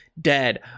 dead